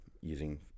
using